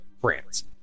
France